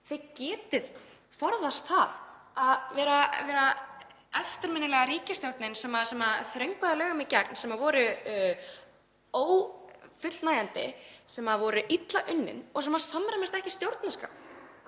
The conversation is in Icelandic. þið getið forðast að vera eftirminnilega ríkisstjórnin sem þröngvaði lögum í gegn sem voru ófullnægjandi, sem voru illa unnin og sem samræmast ekki stjórnarskrá.